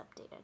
updated